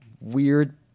weird